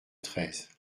treize